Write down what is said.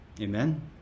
Amen